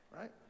right